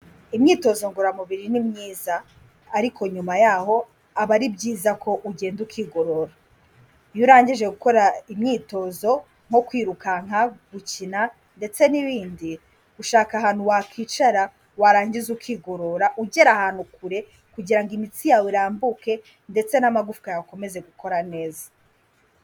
Imyitozo ngororamubiri ni myiza ariko nyuma yaho aba ari byiza ko ugenda ukigorora. Iyo urangije gukora imyitozo nko kwirukanka, gukina ndetse n'ibindi ushaka ahantu wakwicara warangiza ukigorora ugera ahantu kure kugira ngo imitsi yawe irambuke ndetse n'amagufwa yawe ukomeze gukora neza.